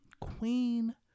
queen